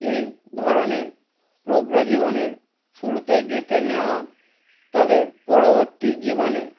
এই ধরনে প্রজ্ঞা জীবনের শুরুতে গেঁথে নেওয়া তাদের পরবর্তী জীবনে